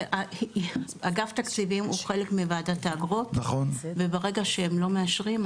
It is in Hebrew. אגף תקציבים הוא חלק מוועדת האגרות וברגע שהם לא מאשרים,